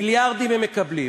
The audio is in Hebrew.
מיליארדים הם מקבלים.